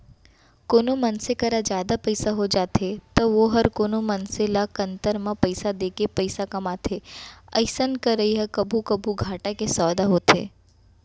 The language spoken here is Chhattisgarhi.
कोनो मनसे करा जादा पइसा हो जाथे तौ वोहर कोनो मनसे ल कन्तर म पइसा देके पइसा कमाथे अइसन करई ह कभू कभू घाटा के सौंदा होथे